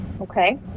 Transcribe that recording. okay